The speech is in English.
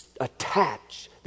attach